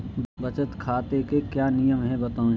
बचत खाते के क्या नियम हैं बताएँ?